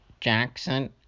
Jackson